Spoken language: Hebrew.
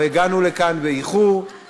או שהגענו לכאן באיחור,